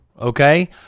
Okay